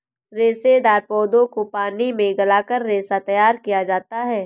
रेशेदार पौधों को पानी में गलाकर रेशा तैयार किया जाता है